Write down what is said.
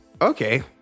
Okay